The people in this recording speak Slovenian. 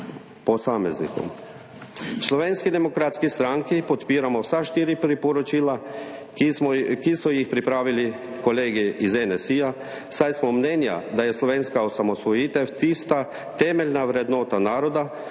posameznikom. V Slovenski demokratski stranki podpiramo vsa štiri priporočila, ki so jih pripravili kolegi iz NSi, saj menimo, da je slovenska osamosvojitev tista temeljna vrednota naroda,